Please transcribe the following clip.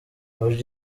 org